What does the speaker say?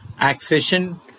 accession